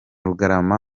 rugarama